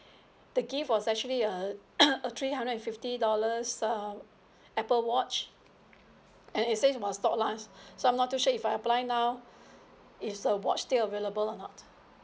the gift was actually a a three hundred and fifty dollars uh Apple watch and it says while stock last so I'm not too sure if I apply now is the watch still available or not